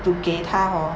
to 给他 hor